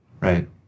Right